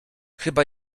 chyba